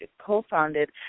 co-founded